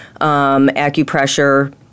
acupressure